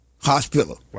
Hospital